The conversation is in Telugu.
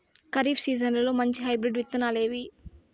ఖరీఫ్ సీజన్లలో మంచి హైబ్రిడ్ విత్తనాలు ఏవి